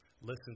listen